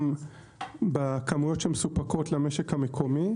גם בכמויות שמסופקות למשק המקומי,